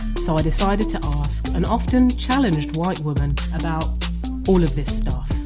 so i decided to ask an often challenged white woman about all of this stuff